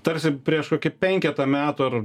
tarsi prieš kokį penketą metų ar